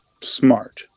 smart